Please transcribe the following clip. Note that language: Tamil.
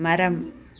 மரம்